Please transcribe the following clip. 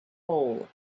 hole